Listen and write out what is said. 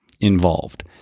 involved